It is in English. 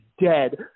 dead